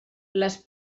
les